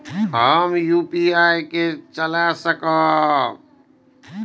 हम यू.पी.आई के चला सकब?